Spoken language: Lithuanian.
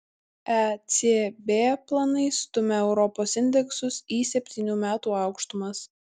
ecb planai stumia europos indeksus į septynių metų aukštumas